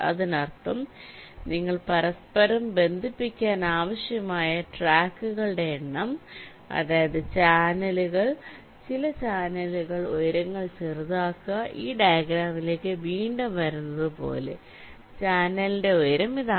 അതിനർത്ഥം നിങ്ങൾ പരസ്പരം ബന്ധിപ്പിക്കാൻ ആവശ്യമായ ട്രാക്കുകളുടെ എണ്ണം അതായത് ചാനലുകൾ ചില ചാനൽ ഉയരങ്ങൾ ചെറുതാക്കുക ഈ ഡയഗ്രാമിലേക്ക് വീണ്ടും വരുന്നത് പോലെ ചാനലിന്റെ ഉയരം ഇതാണ്